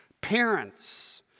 Parents